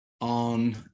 on